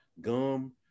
gum